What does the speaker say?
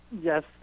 Yes